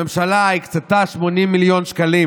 הממשלה הקצתה 80 מיליון שקלים